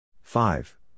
five